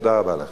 תודה רבה לך.